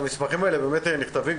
המסמכים האלה באמת נכתבים.